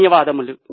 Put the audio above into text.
ధన్యవాదాలు